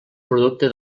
producte